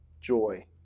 joy